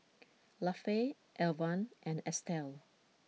Lafe Alvan and Estelle